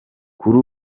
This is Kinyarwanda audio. kuri